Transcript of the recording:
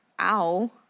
Ow